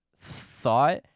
thought